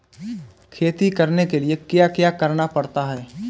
खेती करने के लिए क्या क्या करना पड़ता है?